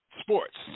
sports